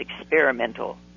experimental